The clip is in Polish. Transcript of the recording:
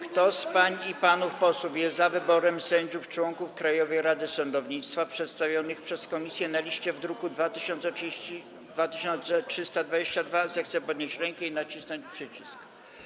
Kto z pań i panów posłów jest za wyborem sędziów członków Krajowej Rady Sądownictwa przedstawionych przez komisję na liście w druku nr 2322, zechce podnieść rękę i nacisnąć przycisk.